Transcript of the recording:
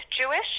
Jewish